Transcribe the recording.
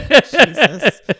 Jesus